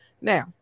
Now